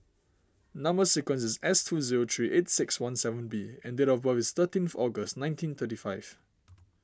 Number Sequence is S two zero three eight six one seven B and date of birth is thirteenth August nineteen thirty five